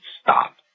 stop